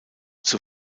zur